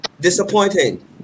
Disappointing